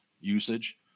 usage